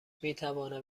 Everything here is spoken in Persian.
میتوانم